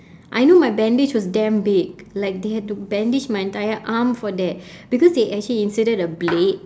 I know my bandage was damn big like they had to bandage my entire arm for that because they actually inserted a blade